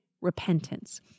repentance